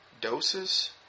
Doses